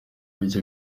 bike